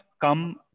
come